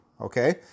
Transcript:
okay